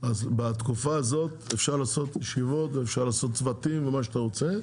אז בתקופה הזאת אפשר לעשות ישיבות ואפשר לעשות צוותים ומה שאתה רוצה,